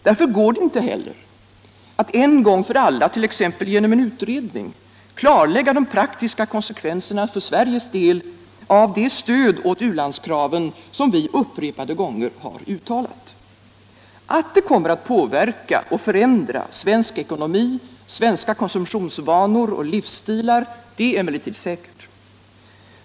Därför går det inte heller att en gång för alla, 1. ex. genom en utredning, klarlägga de praktiska konsekvenserna för Sveriges del av det stöd åt u-landskraven som vi upprepade gånger har uttalat. Att det kommer att påverka och förändra svensk ekonomi, svenska konsumtionsvanor och livsstilar är emellertid säkert.